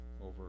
over